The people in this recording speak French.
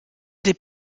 des